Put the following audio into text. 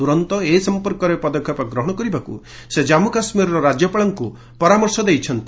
ତୁରନ୍ତ ଏ ସମ୍ପର୍କରେ ପଦକ୍ଷେପ ଗ୍ରହଣ କରିବାକୁ ସେ ଜନ୍ମୁ କାଶ୍ମୀରର ରାଜ୍ୟପାଳଙ୍କୁ ପରାମର୍ଶ ଦେଇଛନ୍ତି